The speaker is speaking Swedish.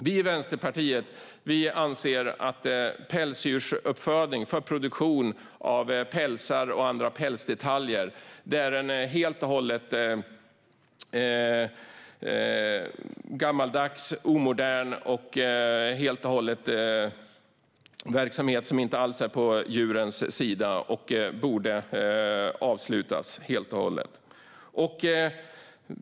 Vi i Vänsterpartiet anser att pälsdjursuppfödning för produktion av pälsar och pälsdetaljer är en gammaldags och helt och hållet omodern verksamhet som inte alls är på djurens sida och borde avslutas helt.